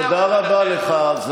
תודה רבה לך.